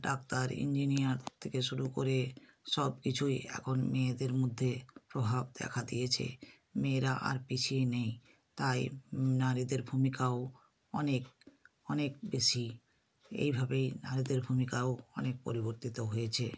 doctor engineer থেকে শুরু করে সব কিছুই এখন মেয়েদের মধ্যে প্রভাব দেখা দিয়েছে মেয়েরা আর পিছিয়ে নেই তাই নারীদের ভূমিকাও অনেক অনেক বেশি এইভাবেই নারীদের ভূমিকাও অনেক পরিবর্তিত হয়েছে